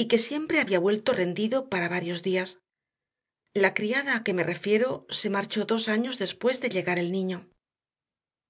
y que siempre había vuelto rendido para varios días la criada a que me refiero se marchó dos años después de llegar el niño